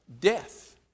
death